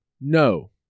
no